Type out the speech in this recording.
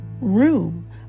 room